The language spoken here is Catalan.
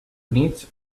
units